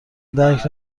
درک